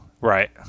Right